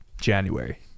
January